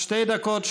שתי דקות,